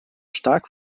stark